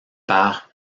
par